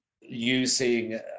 using